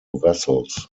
vessels